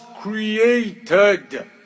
created